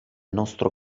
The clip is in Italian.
nostro